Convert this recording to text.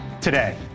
today